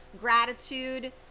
gratitude